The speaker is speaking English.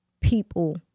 people